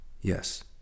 Yes